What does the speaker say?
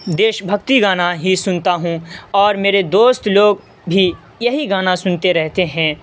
دیش بھکتی گانا ہی سنتا ہوں اور میرے دوست لوگ بھی یہی گانا سنتے رہتے ہیں